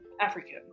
African